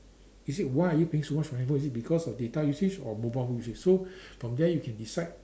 is it why are you paying so much for your handphone is it because of data usage or mobile usage so from there you can decide